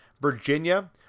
Virginia